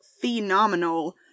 phenomenal